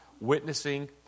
witnessing